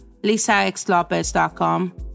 lisaxlopez.com